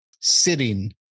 sitting